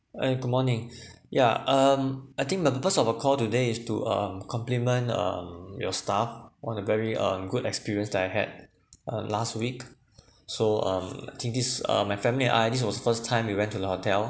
hi good mornings yeah um I think my purpose of a call today is to um compliment um your staff on a very uh good experience that I had uh last week so um I think this uh my family ah this was the first time we went to the hotel